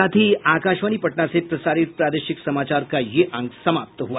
इसके साथ ही आकाशवाणी पटना से प्रसारित प्रादेशिक समाचार का ये अंक समाप्त हुआ